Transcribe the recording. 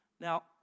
Now